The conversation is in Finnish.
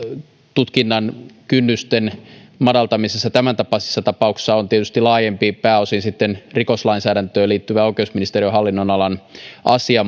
tutkinnan kynnysten madaltamisesta tämäntapaisissa tapauksissa on tietysti laajempi pääosin rikoslainsäädäntöön liittyvä oikeusministeriön hallinnonalan asia